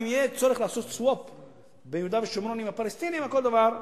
אם יהיה צורך לעשות swap ביהודה ושומרון עם הפלסטינים או כל דבר,